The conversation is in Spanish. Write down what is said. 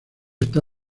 está